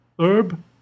herb